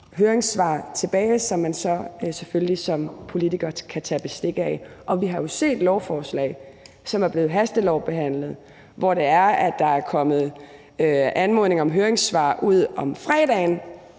høringssvar tilbage, som man så selvfølgelig som politiker kan tage bestik af. Og vi har jo set lovforslag, som er blevet hastelovbehandlet, hvor der er kommet anmodning om høringssvar ud om fredagen